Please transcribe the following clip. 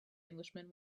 englishman